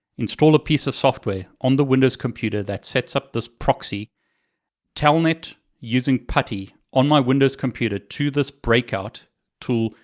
install a piece of software on the windows computer that sets up this proxy telnet using putty on my windows computer to this breakout tool,